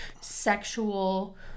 sexual